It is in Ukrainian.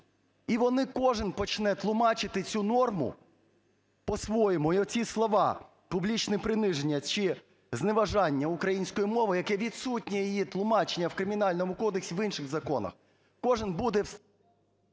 і вони кожен почне тлумачити цю норму по-своєму і оці слова "публічне приниження чи зневажання української мови", яке відсутнє її тлумачення в Кримінальному кодексі, в інших законах, кожен буде…